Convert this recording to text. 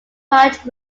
much